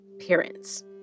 appearance